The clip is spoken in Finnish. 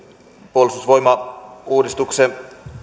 puolustusvoimauudistuksen